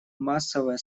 массовое